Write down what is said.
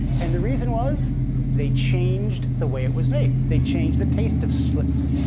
and the reason was they changed the way it was made. they changed the taste of schlitz.